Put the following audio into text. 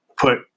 put